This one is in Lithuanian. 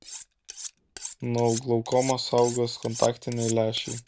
nuo glaukomos saugos kontaktiniai lęšiai